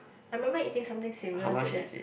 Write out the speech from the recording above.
I remember eating something similar to that